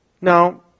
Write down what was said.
Now